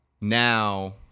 now